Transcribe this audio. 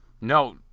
no